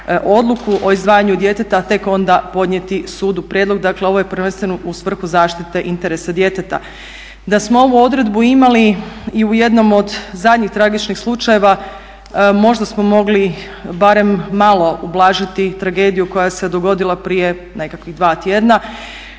odluku o izdvajanju djeteta a tek onda podnijeti sudu prijedlog. Dakle, ovo je prvenstveno u svrhu zaštite interesa djeteta. Da smo ovu odredbu imali i u jednom od zadnjih tragičnih slučajeva možda smo mogli barem malo ublažiti tragediju koja se dogodila prije nekakvih 2 tjedna.